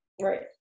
Right